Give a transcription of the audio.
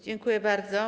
Dziękuję bardzo.